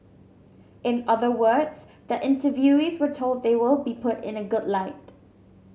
in other words the interviewees were told they will be put in a good light